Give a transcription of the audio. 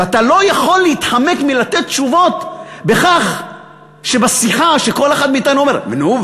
ואתה לא יכול להתחמק מלתת תשובות בכך שבשיחה שכל אחד מאתנו אומר: נו,